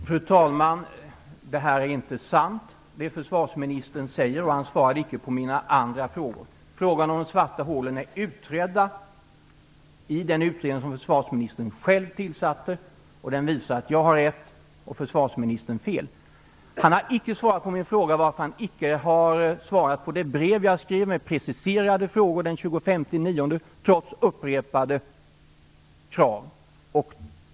Fru talman! Det som försvarsministern säger är inte sant, och han svarade icke på mina andra frågor. För det första är frågan om de svarta hålen utklarad i den utredning som försvarsministern själv tillsatte. Den visar att jag har rätt och försvarsministern fel. Försvarsministern har för det andra icke svarat på min fråga varför han trots upprepade påstötningar icke har besvarat mitt brev av den 25 september med preciserade frågor.